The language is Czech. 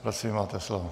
Prosím, máte slovo.